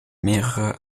mehrere